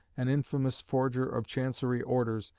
an infamous forger of chancery orders,